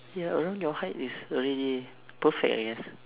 ya around your height is already perfect I guess